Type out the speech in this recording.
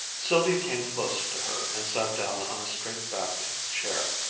sylvia came closer to her and sat down on a straight-backed chair.